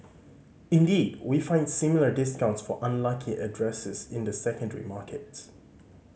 indeed we find similar discounts for unlucky addresses in the secondary markets